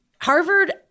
Harvard